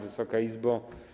Wysoka Izbo!